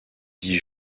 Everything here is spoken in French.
dis